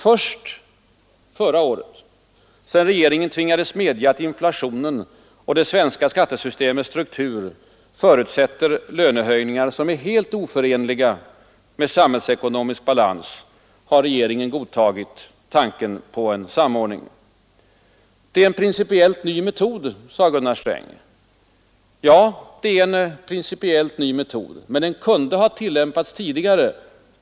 Först förra året, sedan regeringen tvingats medge att inflationen och det svenska skattesystemets struktur förutsätter lönehöjningar som är helt oförenliga med samhällsekonomisk balans, har regeringen godtagit tanken på en samordning. Det är en pricipiellt ny metod, sade Gunnar Sträng. Ja, det är en principiellt ny metod, men den kunde ha tillämpats tidigare.